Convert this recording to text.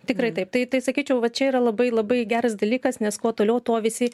tikrai taip tai tai sakyčiau va čia yra labai labai geras dalykas nes kuo toliau tuo visi